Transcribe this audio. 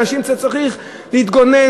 אנשים צריכים להתגונן,